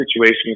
situation